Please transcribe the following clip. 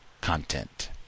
content